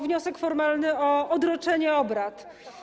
Wniosek formalny o odroczenie obrad.